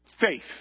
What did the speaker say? faith